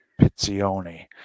Pizzioni